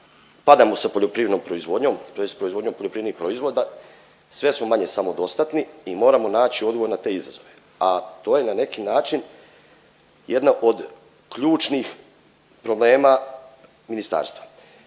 padamo sa poljoprivrednom proizvodnjom tj. proizvodnjom poljoprivrednih proizvoda, sve su manje samodostatni i moramo nać odgovor na te izazove, a to je na neki način jedna od ključnih problema ministarstva.